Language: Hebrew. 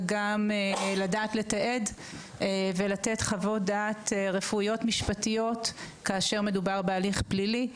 וגם לדעת לתעד ולתת חוות דעת רפואיות משפטיות כאשר מדובר בהליך פלילי.